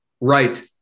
Right